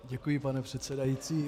Děkuji, pane předsedající.